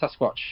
Sasquatch